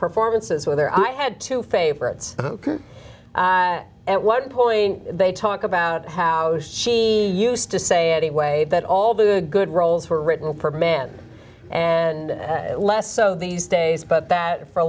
performances were there i had two favorites at one point they talk about how she used to say anyway that all the good roles were written for man and less so these days but that for a